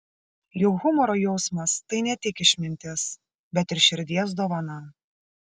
juk humoro jausmas tai ne tik išmintis bet ir širdies dovana